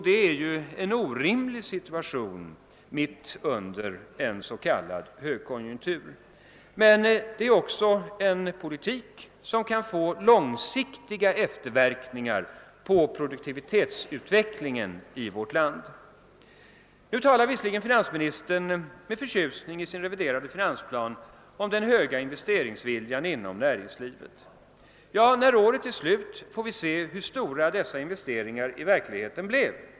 Detta är en orimlig situation mitt under en s.k. högkonjunktur. Men det är också en politik som kan få långsiktiga efterverkningar på <produktivitetsutvecklingen i vårt land. Finansministern talar ändock med förtjusning i sin reviderade finarnsplan om den starka investeringsviljan inom näringslivet. När året är slut får vi se hur stora dessa investeringar i prakti ken blev.